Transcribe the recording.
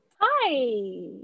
Hi